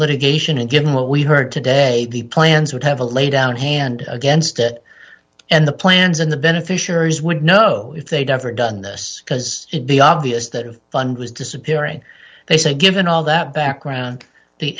litigation and given what we heard today the plans would have a laydown hand against it and the plans and the beneficiaries would know if they'd ever done this because it be obvious that fund was disappearing they said given all that background the